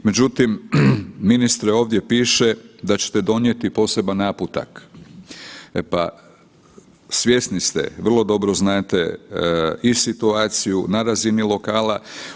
Međutim, ministre ovdje piše da ćete donijeti poseban naputak, e pa svjesni ste vrlo dobro znate i situaciju na razini lokalna.